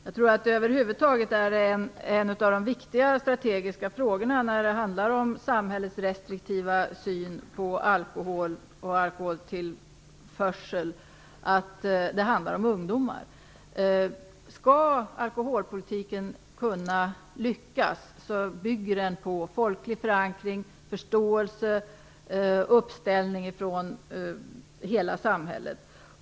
Fru talman! En av de viktigaste strategiska frågorna över huvud taget när det gäller samhällets restriktiva syn på alkohol och alkoholtillförsel är att det handlar om ungdomar. Skall alkoholpolitiken lyckas måste den bygga på folklig förankring , förståelse och uppställning från hela samhället.